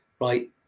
right